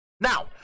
Now